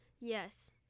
Yes